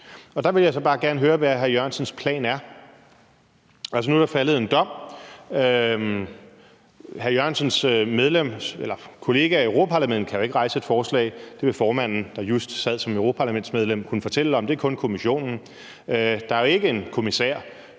Der vil jeg så bare gerne høre, hvad hr. Jan E. Jørgensens plan er. Nu er der faldet en dom, og hr. Jan E. Jørgensens kollega i Europa-Parlamentet kan jo ikke rejse et forslag – det vil formanden, der just har siddet som europaparlamentsmedlem, kunne fortælle om – det kan kun Kommissionen, og der er jo ikke en kommissær